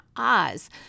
Oz